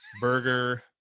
burger